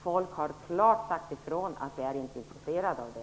Folk har klart sagt ifrån att de inte är intresserade.